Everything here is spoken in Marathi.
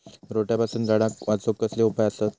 रोट्यापासून झाडाक वाचौक कसले उपाय आसत?